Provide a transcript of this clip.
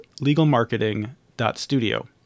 legalmarketing.studio